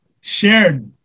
shared